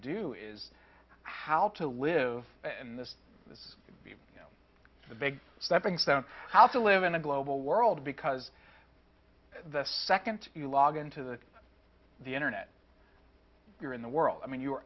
do is how to live and this is a big stepping stone to how to live in a global world because the second you logon to the the internet you're in the world i mean you're